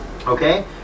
Okay